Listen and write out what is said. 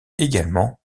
également